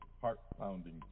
heart-pounding